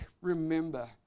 remember